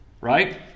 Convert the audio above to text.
Right